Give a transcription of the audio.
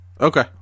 Okay